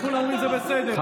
וכולם אומרים שזה בסדר,